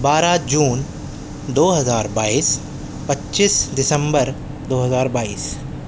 بارہ جون دو ہزار بائیس پچیس دسمبر دو ہزار بائیس